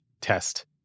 test